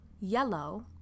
yellow